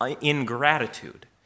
ingratitude